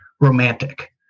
romantic